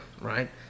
right